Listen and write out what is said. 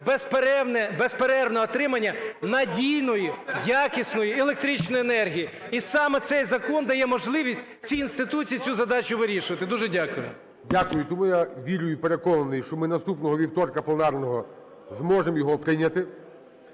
безперервне отримання надійної, якісної електричної енергії. І саме цей закон дає можливість цій інституції цю задачу вирішувати. Дуже дякую. ГОЛОВУЮЧИЙ. Дякую. Тому я вірю і переконаний, що ми наступного вівторка пленарного зможемо його прийняти.